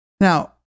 Now